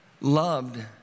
loved